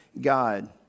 God